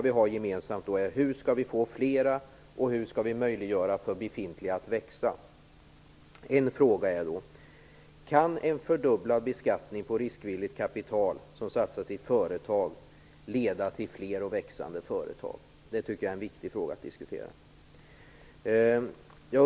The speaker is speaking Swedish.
Vår gemensamma fråga är hur vi skall få flera företag och hur vi skall möjliggöra för befintliga att växa. Kan en fördubblad beskattning på riskvilligt kapital som satsas i företag leda till fler och växande företag? Jag tycker att det är en viktig fråga att diskutera.